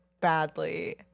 badly